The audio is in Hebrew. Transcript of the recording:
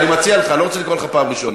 אני רוצה, אני לא רוצה להוציא אותך בדיון הזה.